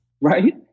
right